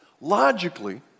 logically